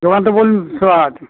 দোকান তো বললুম খোলা আছে